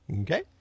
Okay